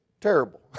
terrible